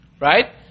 right